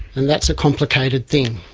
and that's a complicated thing.